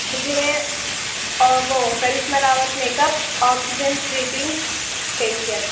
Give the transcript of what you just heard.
مجھے اور وہ Karishma Rawat makeup oxidants rating facial